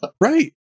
Right